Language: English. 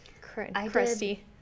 Crusty